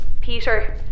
Peter